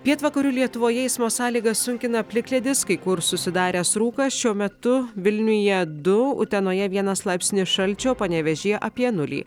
pietvakarių lietuvoje eismo sąlygas sunkina plikledis kai kur susidaręs rūkas šiuo metu vilniuje du utenoje vienas laipsnis šalčio panevėžyje apie nulį